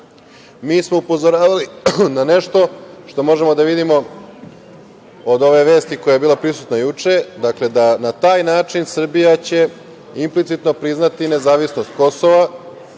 smo upozoravali na nešto što možemo da vidimo od ove vesti koja je bila prisutna juče, dakle, da na taj način Srbija će implicitno priznati nezavisnost Kosova,